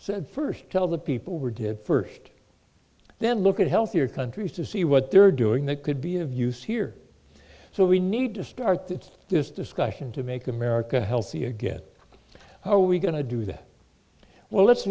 said first tell the people were did first then look at healthier countries to see what they're doing that could be of use here so we need to start this this discussion to make america healthy again are we going to do that well let's